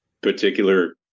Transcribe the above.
particular